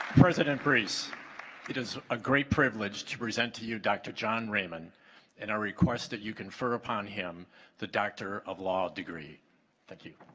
president priests it is a great privilege to present to you dr. john raymond in our request that you confer upon him the doctor of law degree thank you